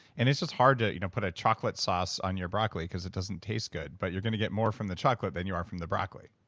and it's just hard to you know put a chocolate sauce on your broccoli because it doesn't taste good but you're going to get more from the chocolate than you are from the broccoli